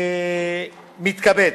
אני מתכבד